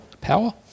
power